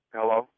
Hello